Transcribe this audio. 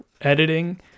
editing